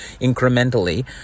incrementally